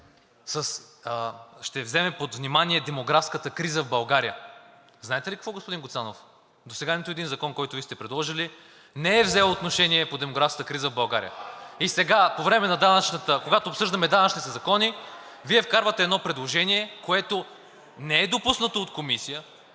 ще вземе под внимание демографската криза в България. Знаете ли какво, господин Гуцанов – досега нито един закон, който Вие сте предложили, не е взел отношение по демографската криза в България. (Шум и реплики от „БСП за България“.) И сега, когато обсъждаме данъчните закони, Вие вкарвате едно предложение, което не е допуснато от Комисията,